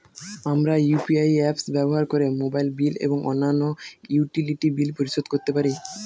আমরা UPI apps ব্যবহার করে মোবাইল বিল এবং অন্যান্য ইউটিলিটি বিল পরিশোধ করতে পারি